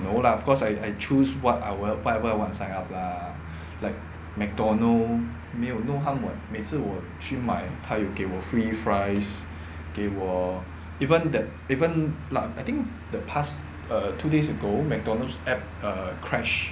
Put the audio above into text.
no lah of course I I choose whate~ whatever I want to sign up lah like Mcdonald's 没有 no harm [what] 每次我去买他有给我 free fries 给我 even that even plug I think the past err two days ago Mcdonald's app err crash